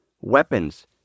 weapons